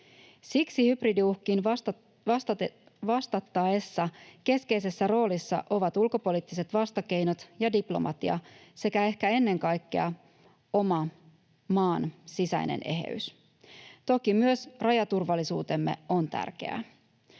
Siksi hybridiuhkiin vastattaessa keskeisessä roolissa ovat ulkopoliittiset vastakeinot ja diplomatia sekä ehkä ennen kaikkea oma, maan sisäinen, eheys. Toki myös rajaturvallisuutemme on tärkeää.